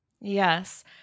yes